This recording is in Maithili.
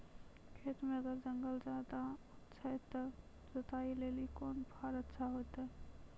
खेत मे अगर जंगल ज्यादा छै ते जुताई लेली कोंन फार अच्छा होइतै?